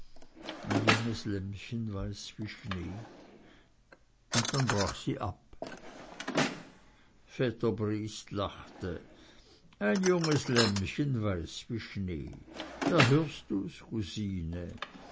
ein junges lämmchen weiß wie schnee und dann brach sie ab vetter briest lachte ein junges lämmchen weiß wie schnee da hörst du's cousine